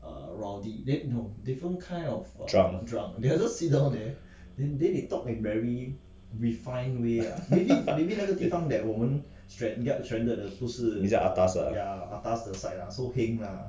drunk 比较 atas 的啊